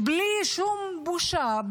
בלי שום בושה,